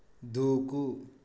దూకు